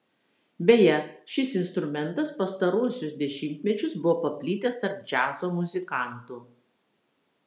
beje šis instrumentas pastaruosius dešimtmečius buvo paplitęs tarp džiazo muzikantų